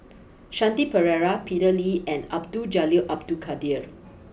Shanti Pereira Peter Lee and Abdul Jalil Abdul Kadir